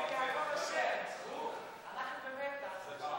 שלוש דקות, אדוני, לרשותך.